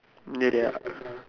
ya they are